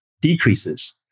decreases